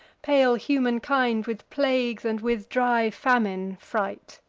pale humankind with plagues and with dry famine fright